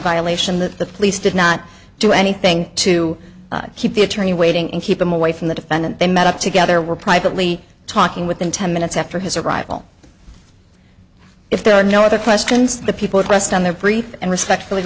violation that the police did not do anything to keep the attorney waiting and keep them away from the defendant they met up together were privately talking within ten minutes after his arrival if there are no other questions the people at rest on their free and respectfully